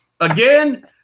again